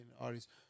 artists